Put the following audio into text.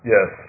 Yes